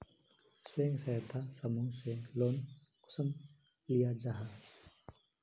स्वयं सहायता समूह से लोन कुंसम लिया जाहा?